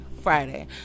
Friday